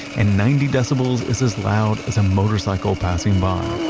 and ninety decibels is as loud as a motorcycle passing by.